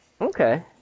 Okay